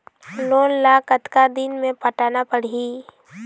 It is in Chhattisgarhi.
लोन ला कतका दिन मे पटाना पड़ही?